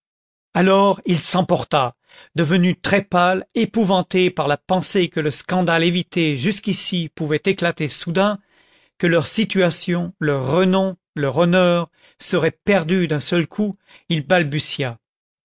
alors il s'emporta devenu très pâle épouvanté par la pensée que le scandale évité jusqu'ici pouvait éclater soudain que leur situation leur renom leur honneur seraient perdus d'un seul coup il balbutiait